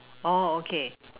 orh okay